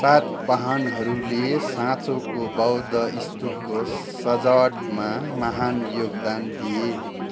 सातवाहनहरूले साँचीको बौद्ध स्तूपको सजावटमा महान योगदान दिए